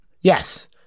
yes